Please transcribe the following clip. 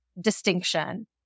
distinction